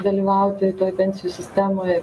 dalyvauti toj pensijų sistemoj